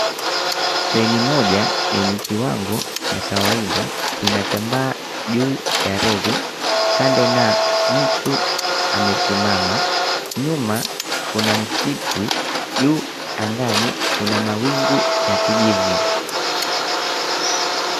Treni moja yenye kiwango cha kawaida inatambaa juu ya reli kando na mtu amesimama. Nyuma kuna msitu, juu angani kuna mawingu ya kijivu.